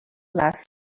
last